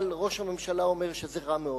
אבל ראש הממשלה אומר שזה רע מאוד,